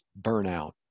burnout